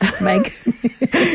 Mike